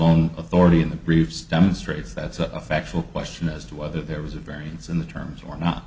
own authority in the briefs demonstrates that's a factual question as to whether there was a variance in the terms or not